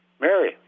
Mary